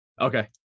Okay